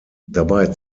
dabei